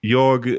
jag